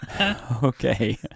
okay